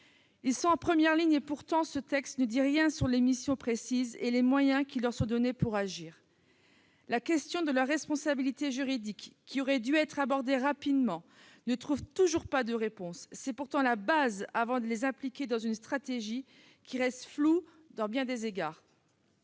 sont en première ligne. Pourtant, ce texte ne dit rien sur leurs missions précises et les moyens qui leur seront donnés pour agir. La question de leur responsabilité juridique, qui aurait dû être abordée rapidement, ne trouve toujours pas de réponse. C'est pourtant la base avant leur implication dans une stratégie qui reste floue à bien des égards.